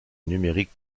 numérique